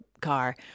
car